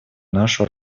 нашу